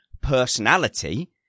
personality